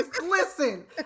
Listen